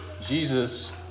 Jesus